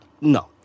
No